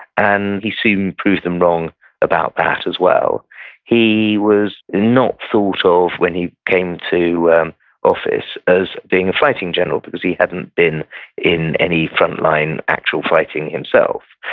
and he soon proved them wrong about that, as well he was not thought of when he came to um office as being a fighting general, because he hadn't been in any front line actual fighting himself,